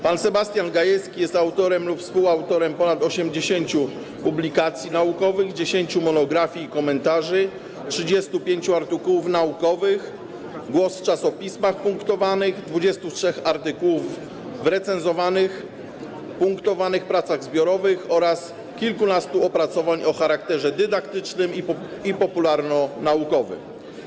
Pan Sebastian Gajewski jest autorem lub współautorem ponad 80 publikacji naukowych, 10 monografii i komentarzy, 35 artykułów naukowych i głos w czasopismach punktowanych, 23 artykułów w recenzowanych punktowanych pracach zbiorowych oraz kilkunastu opracowań o charakterze dydaktycznym i popularnonaukowym.